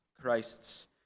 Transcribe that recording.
Christ's